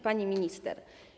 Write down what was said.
Pani Minister!